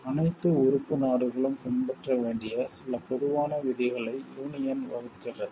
அனைத்து உறுப்பு நாடுகளும் பின்பற்ற வேண்டிய சில பொதுவான விதிகளை யூனியன் வகுக்கிறது